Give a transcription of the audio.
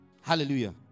Hallelujah